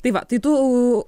tai va tai tų